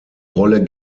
rolle